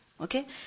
Okay